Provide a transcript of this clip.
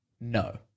no